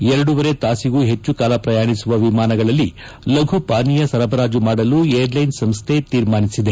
ಎರಡೂವರೆ ತಾಸಿಗೂ ಹೆಚ್ಚುಕಾಲ ಪ್ರಯಾಣಿಸುವ ವಿಮಾನಗಳಲ್ಲಿ ಲಘು ಪಾನೀಯ ಸರಬರಾಜು ಮಾಡಲು ಏರ್ಲೈನ್ಸ್ ಸಂಸ್ಥೆ ಶೀರ್ಮಾನಿಸಿದೆ